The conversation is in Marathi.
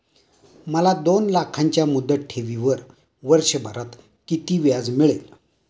मला दोन लाखांच्या मुदत ठेवीवर वर्षभरात किती व्याज मिळेल?